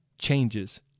changes